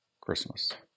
Christmas